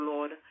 Lord